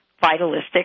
vitalistic